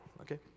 okay